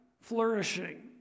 flourishing